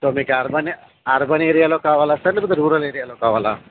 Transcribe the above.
so మీకు urban urban ఏరియాలో కావాలా సార్ లేకపోతే రూరల్ ఏరియాలో కావాలా